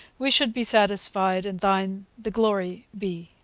we should be satisfied, and thine the glory be.